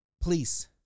Please